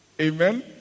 Amen